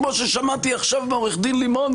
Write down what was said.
כמו ששמעתי עכשיו מעו"ד לימון,